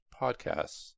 podcasts